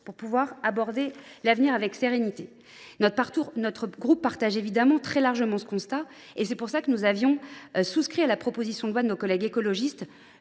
pour pouvoir aborder l’avenir avec sérénité. Notre groupe partage évidemment très largement un tel constat. C’est pour cela que nous avions souscrit à la proposition de loi de nos collègues écologistes